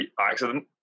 accident